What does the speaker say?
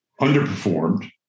underperformed